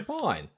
fine